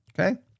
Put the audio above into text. Okay